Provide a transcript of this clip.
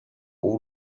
all